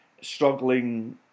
struggling